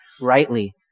rightly